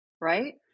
Right